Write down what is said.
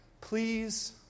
Please